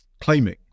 claiming